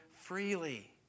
freely